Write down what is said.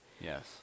Yes